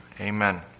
Amen